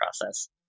process